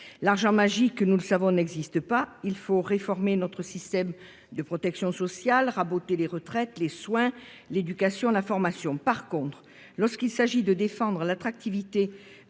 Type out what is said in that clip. l'argent magique n'existe pas : il faut réformer notre système de protection sociale, raboter les retraites, les soins, l'éducation, la formation. En revanche, lorsqu'il est question de défendre l'attractivité